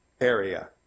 area